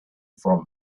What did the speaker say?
from